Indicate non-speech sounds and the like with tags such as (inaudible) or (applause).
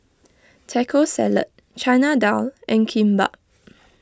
Taco Salad Chana Dal and Kimbap (noise)